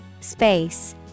Space